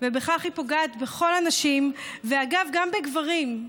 ובכך היא פוגעת בכל הנשים, ואגב גם בגברים,